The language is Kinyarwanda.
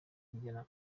kugena